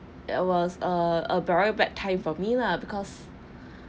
it was a a very bad time for me lah because